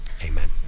amen